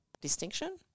distinction